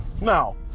Now